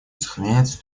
сохраняется